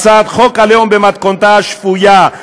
הצעת חוק הלאום במתכונתה השפויה,